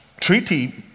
treaty